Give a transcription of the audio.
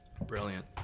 Brilliant